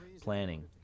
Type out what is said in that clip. planning